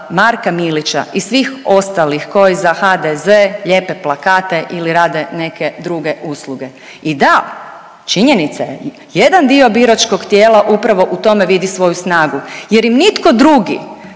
Marka Milića i svih ostalih koji za HDZ lijepe plakate ili rade neke druge usluge. I da, činjenica je jedan dio biračkog tijela upravo u tome vidi svoju snagu jer im nitko drugi